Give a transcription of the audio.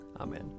Amen